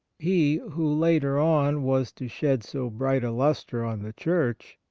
he, who later on was to shed so bright a lustre on the church,